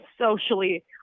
socially